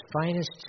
finest